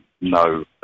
no